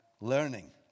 learning